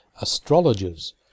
astrologers